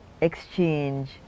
Exchange